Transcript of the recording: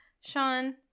Sean